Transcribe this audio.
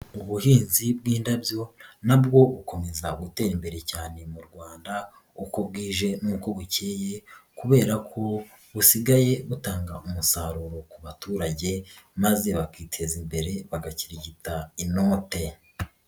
Ubuhinzi bw'indabyo na bwo bukomeza gutera imbere cyane mu Rwanda uko bwije n'uko bukeye kubera ko busigaye butanga umusaruro ku baturage maze bakiteza imbere, bagakirigita inote.